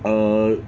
err